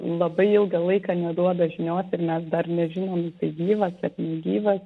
labai ilgą laiką neduoda žinios ir mes dar nežinom jisai gyvas ar negyvas